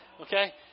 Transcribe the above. Okay